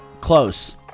Close